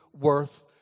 worth